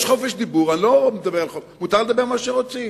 פה יש חופש דיבור, מותר לדבר מה שרוצים.